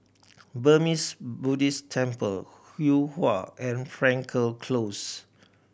Burmese Buddhist Temple Yuhua and Frankel Close